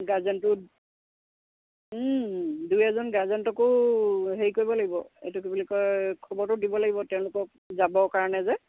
গাৰ্জেন্টো দুই এজন গাৰ্জেন্টকো হেৰি কৰিব লাগিব এইটো কি বুলি কয় খবৰটো দিব লাগিব তেওঁলোকক যাবৰ কাৰণে যে